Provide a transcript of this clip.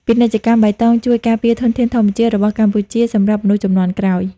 ពាណិជ្ជកម្មបៃតងជួយការពារធនធានធម្មជាតិរបស់កម្ពុជាសម្រាប់មនុស្សជំនាន់ក្រោយ។